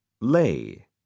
lay